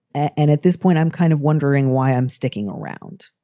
and at this point, i'm kind of wondering why i'm sticking around.